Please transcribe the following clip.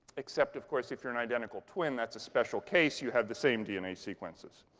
except, of course, if you're an identical twin. that's a special case. you have the same dna sequences.